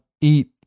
eat